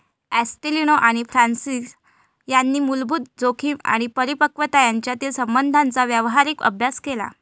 ॲस्टेलिनो आणि फ्रान्सिस यांनी मूलभूत जोखीम आणि परिपक्वता यांच्यातील संबंधांचा व्यावहारिक अभ्यास केला